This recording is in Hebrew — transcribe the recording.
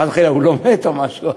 חס וחלילה, הוא לא מת או משהו,